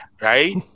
right